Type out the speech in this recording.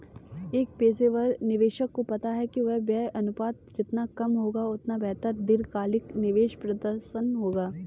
एक पेशेवर निवेशक को पता है कि व्यय अनुपात जितना कम होगा, उतना बेहतर दीर्घकालिक निवेश प्रदर्शन होगा